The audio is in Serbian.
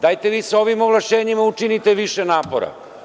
Dajte vi sa ovim ovlašćenjima učinite više napora.